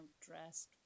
dressed